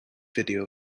video